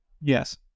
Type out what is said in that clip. yes